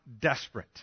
desperate